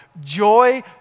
Joy